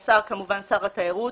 "השר" כמובן זה שר התיירות.